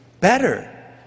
better